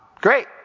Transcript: great